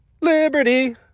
Liberty